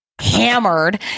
hammered